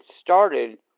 started